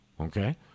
okay